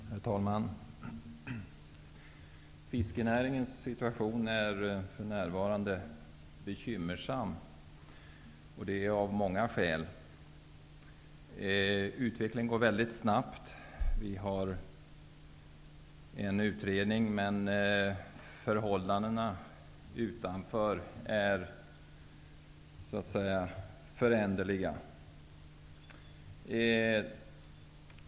Herr talman! Fiskenäringens situation är för närvarande bekymmersam och det av många skäl. Utvecklingen går mycket snabbt. Det finns en utredning, men förhållandena är föränderliga.